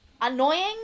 annoying